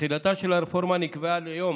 תחילתה של הרפורמה נקבעה ליום